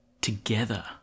together